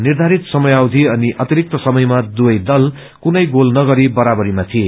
निधारित समयवयी अनि अतिरिक्त समयमा दुवै दल कुनै गोल नगरी बराबरीमा थिए